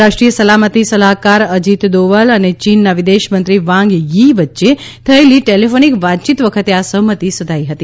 રાષ્ટ્રીય સલામતી સલાહકાર અજીત દોવલ અને ચીનના વિદેશમંત્રી વાંગ યી વચ્ચે થયેલી ટેલિફોનિક વાતયીત વખતે આ સહમતી સધાઈ હતી